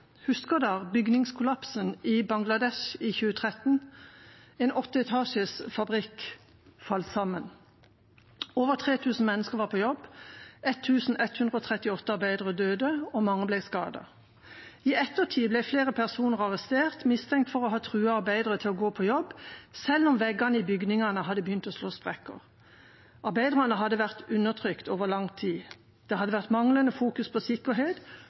bygningskollapsen i Bangladesh i 2013, en åtte etasjers fabrikk falt sammen. Over 3 000 mennesker var på jobb. 1 138 arbeidere døde, og mange ble skadet. I ettertid ble flere personer arrestert mistenkt for å ha truet arbeidere til å gå på jobb selv om veggene i bygningen hadde begynt å slå sprekker. Arbeiderne hadde vært undertrykt over lang tid, og det hadde vært manglende fokus på sikkerhet.